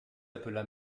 appela